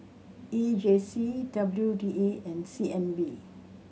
E J C W D A and C N B